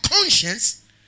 conscience